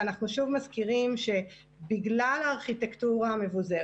ואנחנו שוב מזכירים שבגלל הארכיטקטורה המבוזרת